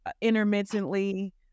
intermittently